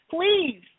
Please